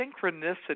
synchronicity